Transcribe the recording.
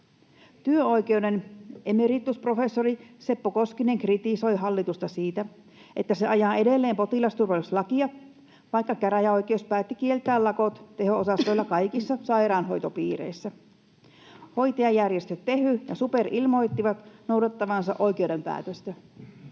”Työoikeuden emeritusprofessori Seppo Koskinen kritisoi hallitusta siitä, että se ajaa edelleen potilasturvallisuuslakia, vaikka käräjäoikeus päätti kieltää lakot teho-osastoilla kaikissa sairaanhoitopiireissä. Hoitajajärjestöt Tehy ja SuPer ilmoittivat noudattavansa oikeuden päätöstä.”